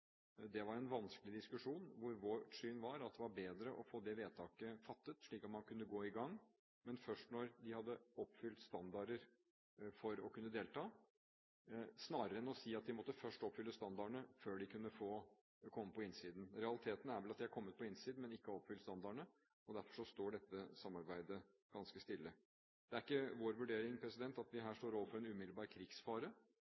Det var en vanskelig diskusjon. Vårt syn var at det var bedre å få det vedtaket fattet, slik at man kunne gå i gang, men først når de hadde oppfylt standarder for å kunne delta, snarere enn å si at de først måte oppfylle standardene før de kunne få komme på innsiden. Realiteten er vel at de har kommet på innsiden, men ikke har oppfylt standardene, og derfor står dette samarbeidet ganske stille. Det er ikke vår vurdering at vi